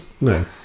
No